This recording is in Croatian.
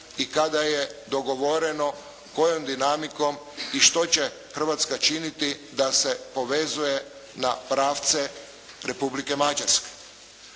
i kada je dogovoreno kojom dinamikom i što će Hrvatska činiti da se povezuje na pravce Republike Mađarske.